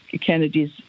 Kennedy's